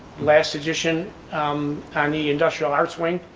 last edition on the industrial arts wing,